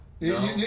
No